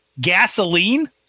Gasoline